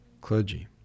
clergy